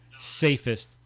safest